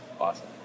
Awesome